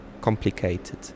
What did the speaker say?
complicated